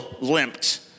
limped